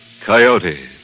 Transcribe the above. Coyotes